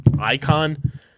icon